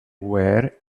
were